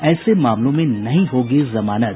ऐसे मामलों में नहीं होगी जमानत